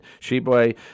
Sheboy